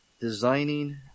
Designing